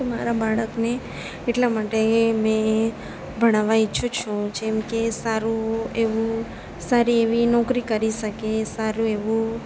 મારા બાળકને એટલા માટે મેં ભણાવવા ઈચ્છું છું જેમ કે સારું એવું સારી એવી નોકરી કરી શકે સારું એવું